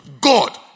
God